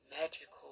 magical